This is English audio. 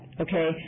okay